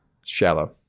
shallow